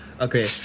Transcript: Okay